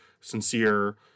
Sincere